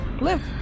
live